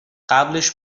قبلش